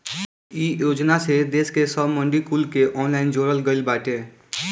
इ योजना से देस के सब मंडी कुल के ऑनलाइन जोड़ल गईल बाटे